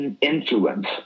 influence